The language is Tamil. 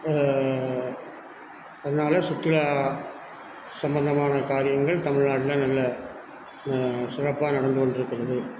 அதனால் சுற்றுலா சம்மந்தமான காரியங்கள் தமிழ்நாட்டில் நல்ல சிறப்பாக நடந்துக்கொண்டு இருக்கிறது